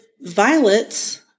violets